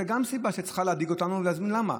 גם זאת סיבה שצריכה להדאיג אותנו וצריך להסביר למה.